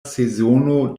sezono